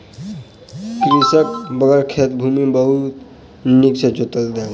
कृषकक बड़द खेतक भूमि के बहुत नीक सॅ जोईत देलक